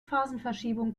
phasenverschiebung